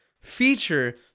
feature